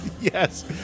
Yes